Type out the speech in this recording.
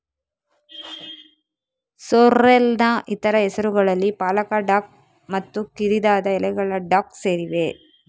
ಸೋರ್ರೆಲ್ನ ಇತರ ಹೆಸರುಗಳಲ್ಲಿ ಪಾಲಕ ಡಾಕ್ ಮತ್ತು ಕಿರಿದಾದ ಎಲೆಗಳ ಡಾಕ್ ಸೇರಿವೆ